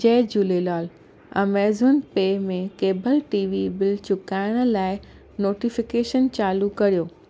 जय Jhulelal Amazon Pay में cable TV bill चुकाइण लाए नोटिफिकेशन चालू कयो